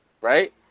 right